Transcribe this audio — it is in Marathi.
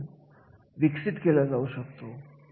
तेव्हा असं कार्य सगळ्या बाजूंनी सक्षमपणे आधार दिलेला असावा